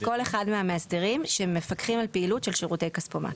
עם כל אחד מהמאסדרים שמפקחים על הפעילות של שירותי כספומט,